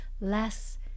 less